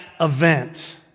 event